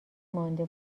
مونده